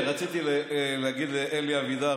רציתי להגיד לאלי אבידר,